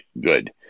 good